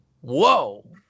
Whoa